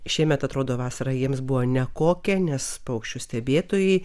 šiemet atrodo vasara jiems buvo nekokia nes paukščių stebėtojai